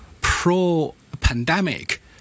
pro-pandemic